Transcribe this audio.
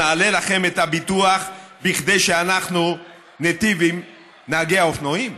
נעלה לכם את הביטוח כדי שאנחנו ניטיב עם נהגי האופנועים?